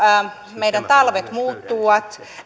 meidän talvemme muuttuvat